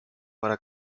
para